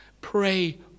pray